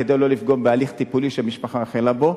כדי לא לפגוע בהליך טיפולי שהמשפחה החלה בו.